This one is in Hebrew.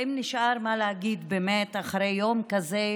אם נשאר מה להגיד באמת אחרי יום כזה,